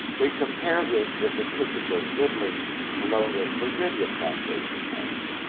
we compare this with a typical middling colonial virginia plantation house.